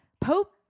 Pope